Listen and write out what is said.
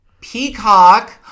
Peacock